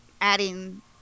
adding